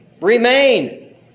remain